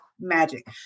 magic